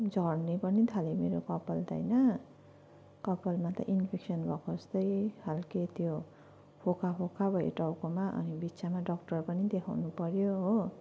झर्ने पनि थाल्यो मेरो कपाल त होइन कपालमा त इन्फेक्सन भएको जस्तै खालको त्यो फोका फोका भयो टाउकोमा अनि बिच्चामा डक्टर पनि देखाउनु पऱ्यो हो